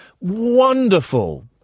Wonderful